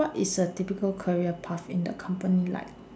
what is a typical career path in the company like